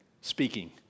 speaking